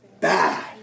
bad